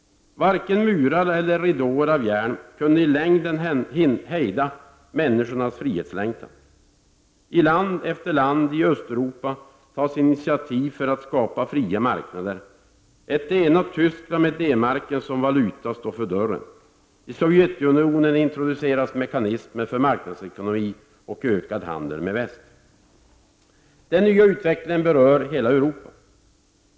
Varken murar eller ridåer av järn kunde i längden hejda människors frihetslängtan. I land efter land i Östeuropa tas initiativ för att skapa fria marknader. Ett enat Tyskland med D-marken som valuta står för dörren. I Sovjetunionen introduceras mekanismer för marknadsekonomi och ökad handel med väst. Den nya utvecklingen berör hela Europa.